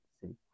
City